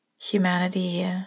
Humanity